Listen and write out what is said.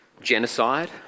genocide